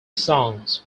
songs